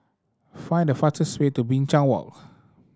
find the fastest way to Binchang Walk